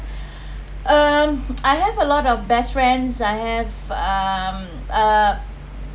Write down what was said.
um I have a lot of best friends I have um uh